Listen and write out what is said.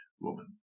woman